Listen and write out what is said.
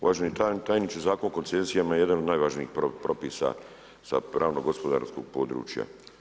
Uvaženi tajničke, Zakon o koncesijama je jedan od najvažnijih propisa sa pravno-gospodarskog područja.